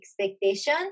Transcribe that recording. expectation